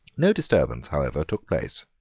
no disturbance however took place.